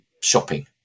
shopping